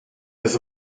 des